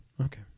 Okay